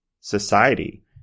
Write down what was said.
society